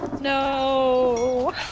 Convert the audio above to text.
No